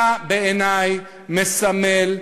אתה בעיני מסמל,